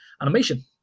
animation